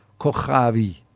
Kochavi